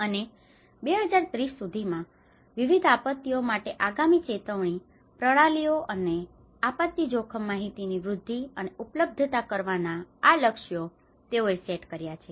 અને 2030 સુધીમાં વિવિધ આપત્તિઓ માટે આગામી ચેતવણી પ્રણાલીઓ અને આપત્તિ જોખમ માહિતીની વૃદ્ધિ અને ઉપલબ્ધ કરાવવાના આ લક્ષ્યો તેઓએ સેટ કર્યા છે